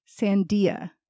Sandia